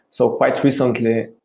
so quite recently.